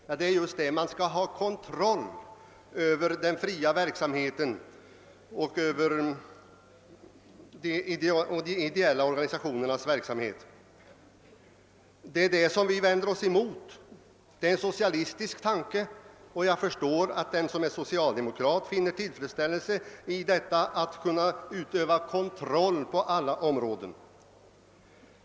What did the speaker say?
Ja, det är just det att staten vill ha kontroll över den frioch lågkyrkliga verksamheten och de ideella organisationernas verksamhet som vi vänder oss emot. Det är en socialistisk tanke, och jag förstår att den som är socialdemokrat finner tillfredsställelse i att kunna utöva kontroll på alla områden.